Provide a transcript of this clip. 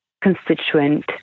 constituent